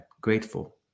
grateful